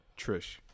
Trish